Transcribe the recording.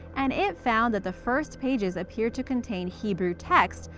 and it found that the first pages appeared to contain hebrew text,